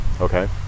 Okay